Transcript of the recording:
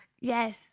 Yes